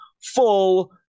Full